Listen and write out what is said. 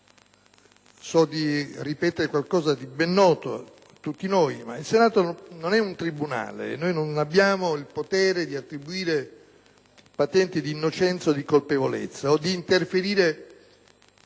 So di ripetere qualcosa di ben noto a tutti noi, ma il Senato non è un tribunale e non abbiamo il potere di attribuire patenti di innocenza, di colpevolezza o di interferire